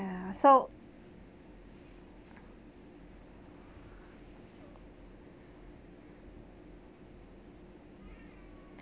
ya so